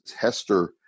Hester